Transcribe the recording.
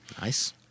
nice